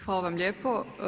Hvala vam lijepo.